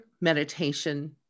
meditation